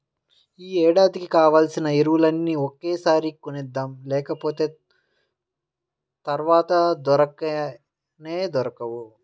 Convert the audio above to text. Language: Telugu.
యీ ఏడాదికి కావాల్సిన ఎరువులన్నీ ఒకేసారి కొనేద్దాం, లేకపోతె తర్వాత దొరకనే దొరకవు